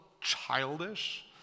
childish